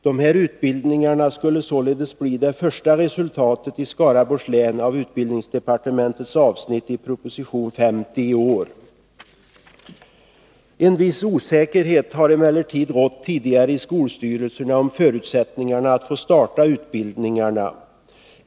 Dessa utbildningar skulle således bli det första resultatet i Skaraborgs län med anledning av utbildningsdepartementets avsnitt i proposition 1982/83:50. En viss osäkerhet har emellertid tidigare rått i skolstyrelserna om förutsättningarna för att få starta utbildningarna.